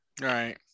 right